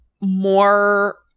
more